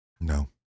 No